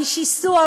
משיסוע,